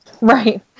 Right